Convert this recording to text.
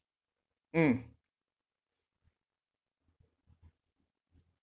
mm